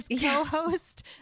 co-host